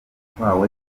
yatwawe